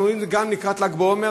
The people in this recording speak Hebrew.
אנחנו רואים את זה גם לקראת ל"ג בעומר,